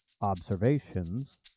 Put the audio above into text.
observations